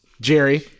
Jerry